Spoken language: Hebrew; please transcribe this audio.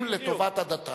לטובת עדתם.